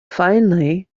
finally